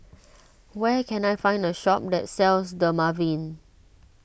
where can I find a shop that sells Dermaveen